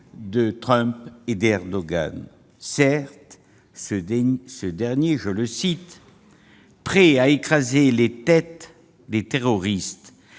de Trump et d'Erdogan. Certes, ce dernier s'est dit « prêt à écraser les têtes des terroristes »,